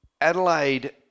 Adelaide